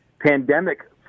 pandemic